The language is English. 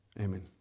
Amen